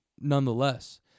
Nonetheless